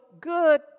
good